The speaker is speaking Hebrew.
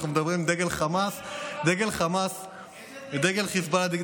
אנחנו מדברים על דגל חמאס ודגל של חיזבאללה.